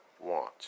want